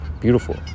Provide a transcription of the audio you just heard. Beautiful